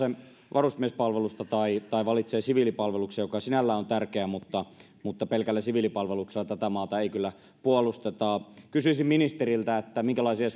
varusmiespalvelusta tai tai valitsee siviilipalveluksen joka sinällään on tärkeä mutta mutta pelkällä siviilipalveluksella tätä maata ei kyllä puolusteta kysyisin ministeriltä minkälaisia